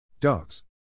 Dogs